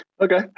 Okay